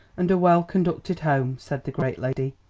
and a well-conducted home, said the great lady.